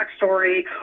backstory